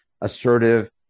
assertive